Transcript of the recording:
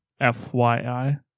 FYI